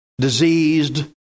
diseased